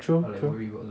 true true